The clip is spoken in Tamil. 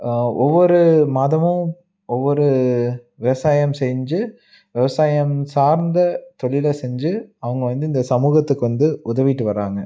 ஒவ்வொரு மாதமும் ஒவ்வொரு விவசாயம் செஞ்சு விவசாயம் சார்ந்த தொழிலை செஞ்சு அவங்க வந்து இந்த சமூகத்துக்கு வந்து உதவிகிட்டு வராங்க